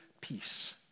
peace